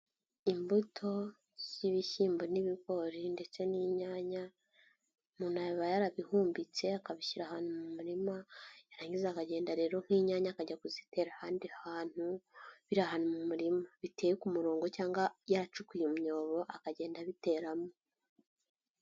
Imbuto z'ibishyimbo n'ibigori ndetse n'inyanya, umuntu aba yarabihumbitse, akabishyira ahantu mu murima, yarangiza akagenda rero nk'inyanya akajya kuzitera ahandi hantu, biri ahanyu mu murima biteye ku murongo cyangwa yacukuye imyobo, akagenda abiteramo.